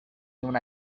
una